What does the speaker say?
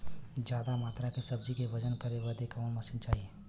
ज्यादा मात्रा के सब्जी के वजन करे बदे कवन मशीन चाही?